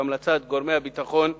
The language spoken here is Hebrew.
בהמלצת גורמי הביטחון,